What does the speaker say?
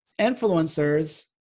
influencers